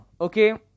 okay